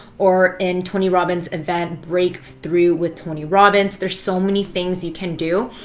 or in tony robbins' event, breakthrough with tony robbins. there's so many things you can do.